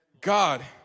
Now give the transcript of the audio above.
God